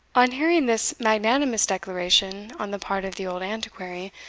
on hearing this magnanimous declaration on the part of the old antiquary,